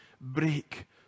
break